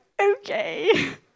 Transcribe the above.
Okay